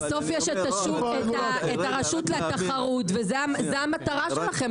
בסוף יש את הרשות לתחרות וזו המטרה שלהם.